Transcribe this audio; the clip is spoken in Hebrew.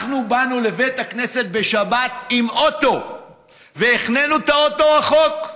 אנחנו באנו לבית הכנסת בשבת עם אוטו והחנינו את האוטו רחוק.